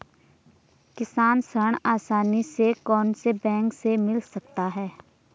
किसान ऋण आसानी से कौनसे बैंक से मिल सकता है?